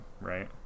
right